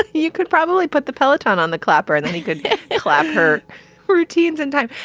ah you could probably put the peloton on the clapper and then he could clap her routines in time.